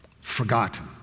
forgotten